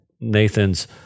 Nathan's